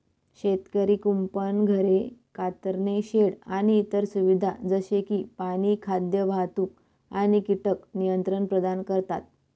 शेतकरी कुंपण, घरे, कातरणे शेड आणि इतर सुविधा जसे की पाणी, खाद्य, वाहतूक आणि कीटक नियंत्रण प्रदान करतात